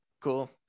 Cool